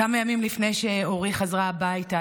כמה ימים לפני שאורי חזרה הביתה,